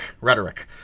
rhetoric